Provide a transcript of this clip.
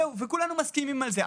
וכולנו מסכימים על זה.